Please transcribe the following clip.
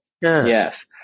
Yes